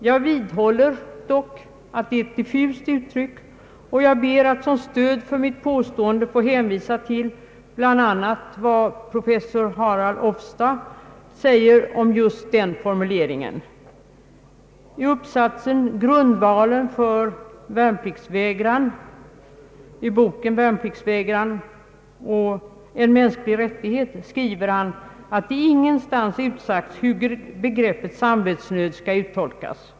Jag vidhåller dock att det är ett diffust uttryck och ber att som stöd för mitt påstående få hänvisa till bl.a. vad professor Harald Ofstad säger om just den formuleringen. I uppsatsen Grundvalen för värnpliktsvägran i boken Värnpliktsvägran — en mänsklig rättighet, skriver han att det ingenstans utsagts hur begreppet samvetsnöd skall uttolkas.